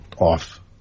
off